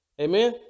Amen